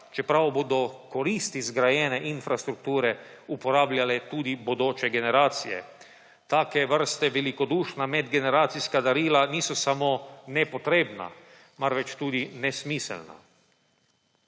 čeprav bodo koristi zgrajene infrastrukture uporabljale tudi bodoče generacije. Take vrste velikodušna medgeneracijska darila niso samo nepotrebna, marveč tudi nesmiselna.